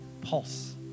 pulse